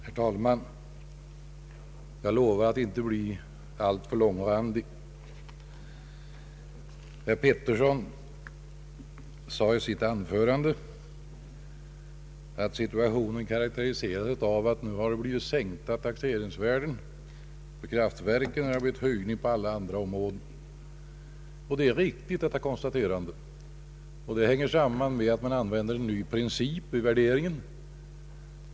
Herr talman! Jag lovar att inte bli alltför långrandig. Herr Karl Pettersson sade i sitt anförande att situationen karakteriserades av att det genomförts sänkta taxeringsvärden för kraftverken, under det att det skett en höjning av taxeringsvärdena på alla andra områden. Det är ett riktigt konstaterande, och det sammanhänger med att man använt en ny princip vid värderingen.